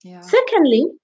Secondly